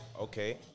Okay